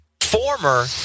former